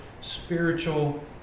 spiritual